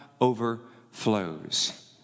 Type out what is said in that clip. overflows